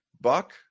Buck